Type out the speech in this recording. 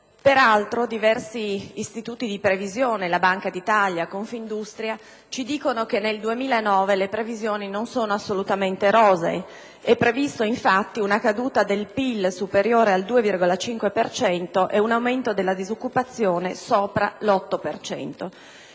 Peraltro, diversi istituti di previsione, la Banca d'Italia e la Confindustria, ci dicono che per il 2009 le previsioni non sono rosee: è prevista infatti una caduta del PIL superiore al 2,5 per cento e un aumento della disoccupazione sopra l'8